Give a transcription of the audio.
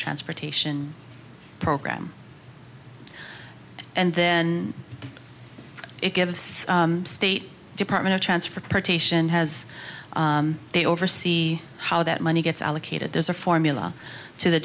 transportation program and then it gives state department of transportation has they oversee how that money gets allocated there's a formula to the